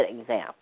exam